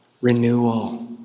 renewal